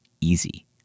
Easy